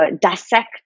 dissect